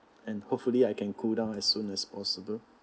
and hopefully I can cool down as soon as possible